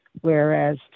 whereas